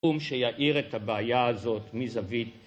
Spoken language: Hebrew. קום שיעיר את הבעיה הזאת מזווית